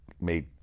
made